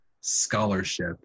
scholarship